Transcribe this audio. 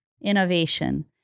innovation